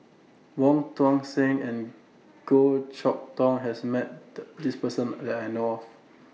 Wong Tuang Seng and Goh Chok Tong has Met The This Person that I know of